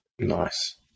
Nice